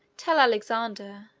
tell alexander,